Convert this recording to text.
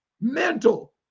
mental